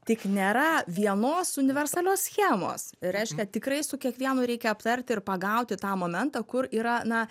tik nėra vienos universalios schemos reiškia tikrai su kiekvienu reikia aptarti ir pagauti tą momentą kur yra na